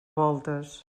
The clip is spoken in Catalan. voltes